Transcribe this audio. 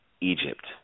Egypt